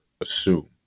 assume